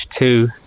two